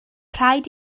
rhaid